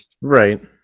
Right